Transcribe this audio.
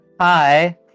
hi